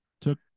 took